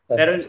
Pero